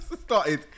started